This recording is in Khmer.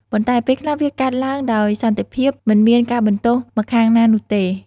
ប៉ុន្តែ ពេលខ្លះ វាកើតឡើងដោយសន្តិភាព មិនមានការបន្ទោសម្ខាងណានោះទេ។